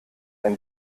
ein